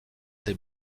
des